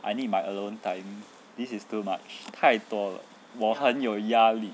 I need my alone time this is too much 太多了我很有压力